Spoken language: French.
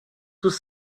tous